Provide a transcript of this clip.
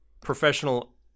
professional